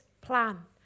plan